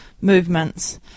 movements